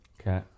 Okay